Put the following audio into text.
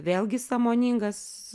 vėlgi sąmoningas